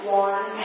one